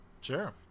Sure